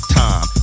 time